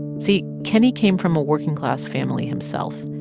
see, kenney came from a working-class family himself.